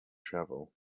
travel